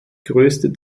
größte